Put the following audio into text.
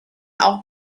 auch